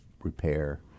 repair